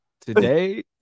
Today